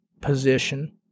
position